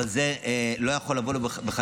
אבל זה לא יכול לבוא בחקיקה.